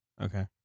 Okay